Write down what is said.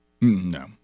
No